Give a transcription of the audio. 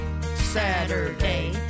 Saturday